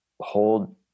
hold